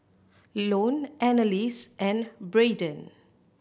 Lone Annalise and Braeden